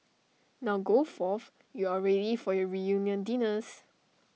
now go forth you are ready for your reunion dinners